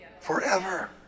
Forever